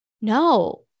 No